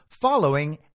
following